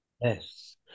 Yes